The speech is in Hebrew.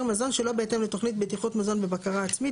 מזון שלא בהתאם לתוכנית בטיחות מזון בבקרה עצמית,